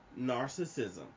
narcissism